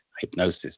hypnosis